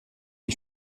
lui